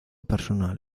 personal